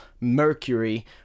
Mercury